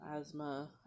asthma